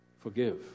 Forgive